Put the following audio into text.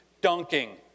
Dunking